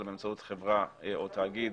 אלא באמצעות חברה או תאגיד